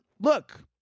look